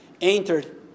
entered